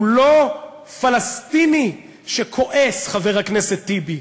הוא לא פלסטיני שכועס, חבר הכנסת טיבי.